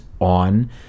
on